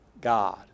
God